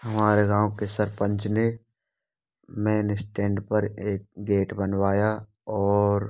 हमारे गाँव के सरपंच ने मैन स्टैंड पर एक गेट बनवाया और